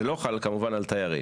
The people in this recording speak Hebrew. זה לא חל, כמובן, על תיירים.